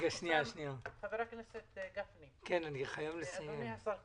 חבר הכנסת גפני ואדוני השר,